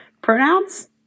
Pronouns